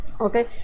okay